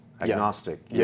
agnostic